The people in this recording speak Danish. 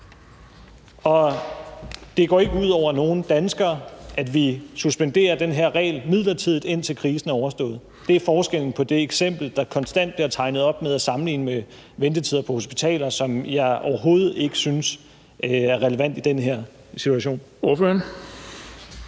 og det går ikke ud over nogen danskere, at vi midlertidigt suspenderer den her regel, nemlig indtil krisen er overstået. Det er forskellen på det her og det eksempel, der konstant bliver tegnet op, med at sammenligne det med ventetider på hospitalet, som jeg overhovedet ikke synes er relevant i den her situation.